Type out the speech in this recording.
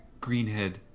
Greenhead